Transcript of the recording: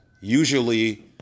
usually